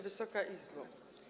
Wysoka Izbo!